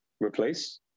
Replace